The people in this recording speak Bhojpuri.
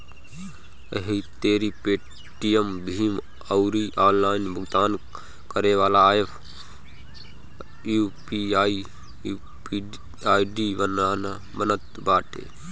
एही तरही पेटीएम, भीम अउरी ऑनलाइन भुगतान करेवाला एप्प पअ भी यू.पी.आई आई.डी बनत बाटे